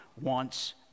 wants